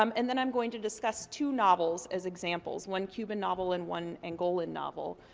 um and then i'm going to discuss two novels as examples. one cuban novel and one angolan novel.